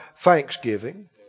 Thanksgiving